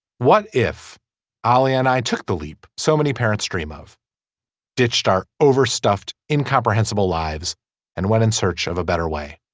what if ali and i took the leap. so many parents dream of ditched our overstuffed incomprehensible lives and went in search of a better way.